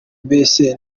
mbese